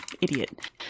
idiot